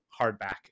hardback